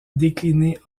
déclinées